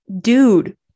dude